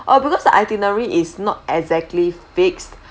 oh because the itinerary is not exactly fixed